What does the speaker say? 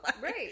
Right